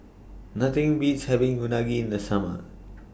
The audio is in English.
Nothing Beats having Unagi in The Summer